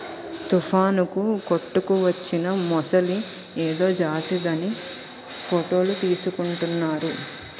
తుఫానుకు కొట్టుకువచ్చిన మొసలి ఏదో జాతిదని ఫోటోలు తీసుకుంటున్నారు